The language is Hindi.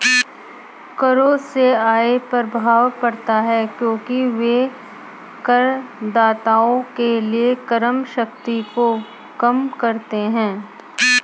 करों से आय प्रभाव पड़ता है क्योंकि वे करदाताओं के लिए क्रय शक्ति को कम करते हैं